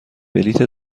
بلیط